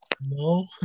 No